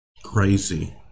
crazy